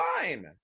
fine